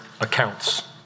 accounts